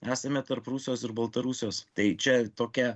esame tarp rusijos ir baltarusijos tai čia tokia